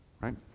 right